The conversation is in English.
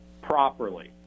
properly